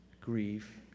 grief